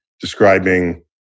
describing